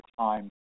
Time